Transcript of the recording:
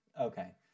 Okay